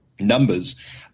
Numbers